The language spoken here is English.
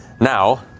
Now